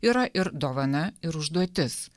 yra ir dovana ir užduotis